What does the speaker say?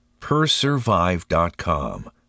Persurvive.com